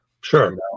Sure